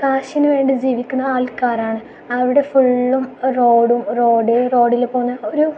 കാശിനു വേണ്ടി ജീവിക്കുന്ന ആൾക്കാരാണ് അവിടെ ഫുള്ളും റോഡും റോഡ് റോഡിൽ പോകുന്ന ഒരു